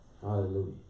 Hallelujah